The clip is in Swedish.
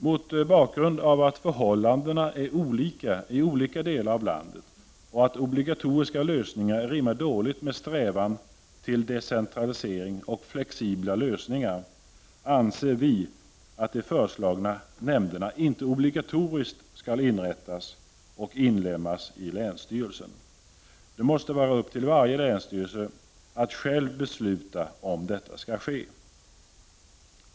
Mot bakgrund av att förhållandena är olika i olika delar av landet och att obligatoriska lösningar rimmar dåligt med strävan till decentralisering och flexibla lösningar anser vi att de föreslagna nämnderna inte obligatoriskt skall inrättas och inlemmas i länsstyrelsen. Det måste vara upp till varje länsstyrelse att själv besluta om detta skall ske.